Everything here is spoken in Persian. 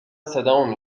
صدامو